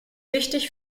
wichtig